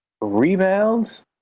rebounds